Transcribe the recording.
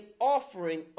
offering